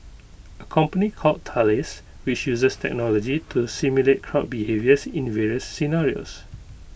A company called Thales which uses technology to simulate crowd behaviours in various scenarios